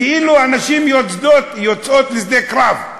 כאילו הנשים יוצאות לשדה קרב.